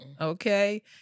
Okay